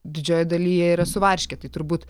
didžioj daly jie yra su varške tai turbūt